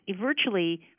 virtually